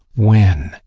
when?